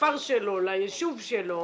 לכפר שלו או ליישוב שלו